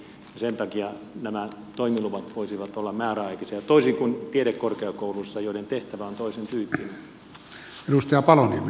sen takia nämä toimiluvat voisivat olla määräaikaisia toisin kuin tiedekorkeakouluissa joiden tehtävä on toisentyyppinen